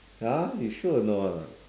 !huh! you sure or not